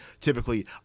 typically